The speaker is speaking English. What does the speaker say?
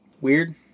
Weird